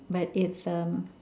but it's um